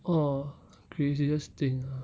orh craziest thing ah